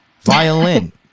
Violin